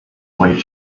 white